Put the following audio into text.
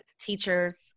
teachers